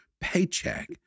paycheck